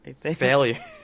Failure